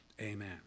Amen